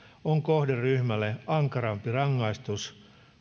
on kohderyhmälle ankarampi rangaistus